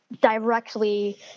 directly